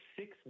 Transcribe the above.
six